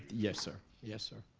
yes sir, yes sir.